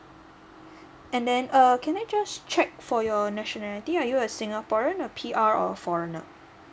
and then err can I just check for your nationality are you a singaporean a P_R or foreigner